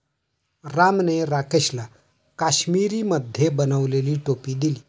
रामने राकेशला काश्मिरीमध्ये बनवलेली टोपी दिली